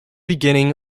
beginning